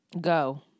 go